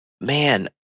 man